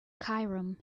cairum